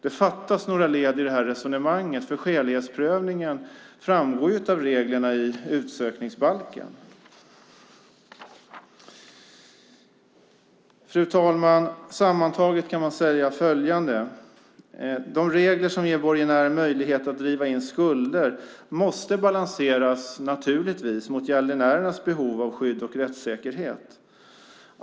Det fattas några led i det resonemanget, för skälighetsprövningen framgår ju av reglerna i utsökningsbalken. Fru talman! Sammantaget kan man säga följande: De regler som ger borgenären möjlighet att driva in skulder måste naturligtvis balanseras mot gäldenärernas behov av skydd och rättssäkerhet.